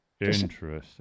Interesting